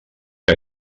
que